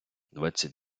двадцять